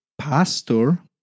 pastor